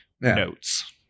notes